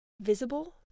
visible